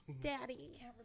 Daddy